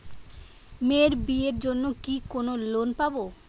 মেয়ের বিয়ের জন্য কি কোন লোন পাব?